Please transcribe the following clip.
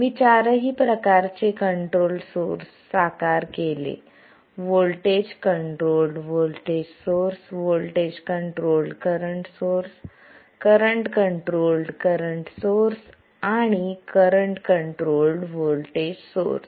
मी चारही प्रकारचे controlled source साकार केले voltage controlled voltage source voltage controlled current source current controlled current source आणि करंट कंट्रोल्ड व्होल्टेज सोर्स